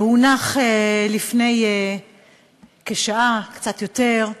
הונחה לפני כשעה, קצת יותר,